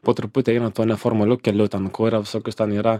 po truputį eina tuo neformaliu keliu ten kuria visokius ten yra